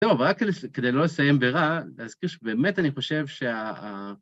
טוב, ורק כדי לא לסיים ברע, להזכיר שבאמת אני חושב שה...